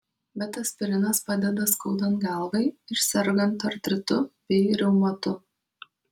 bet aspirinas padeda skaudant galvai ir sergant artritu bei reumatu